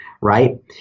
Right